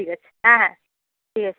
ঠিক আছে হ্যাঁ হ্যাঁ ঠিক আছে